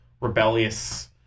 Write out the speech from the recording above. rebellious